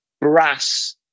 brass